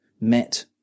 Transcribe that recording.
met